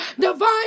divine